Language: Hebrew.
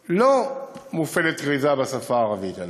עדיין לא מופעלת כריזה בשפה הערבית.